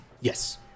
Yes